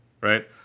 right